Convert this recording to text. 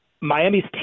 Miami's